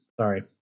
Sorry